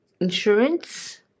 insurance